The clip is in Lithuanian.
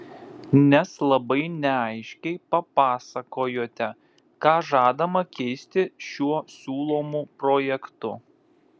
nes labai neaiškiai papasakojote ką žadama keisti šiuo siūlomu projektu